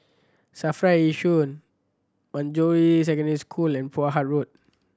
SAFRA Yishun Manjusri Secondary School and Poh Huat Road